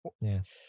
Yes